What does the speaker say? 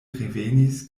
revenis